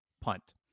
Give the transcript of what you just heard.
punt